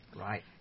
Right